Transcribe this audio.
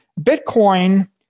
Bitcoin